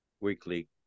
weekly